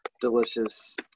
delicious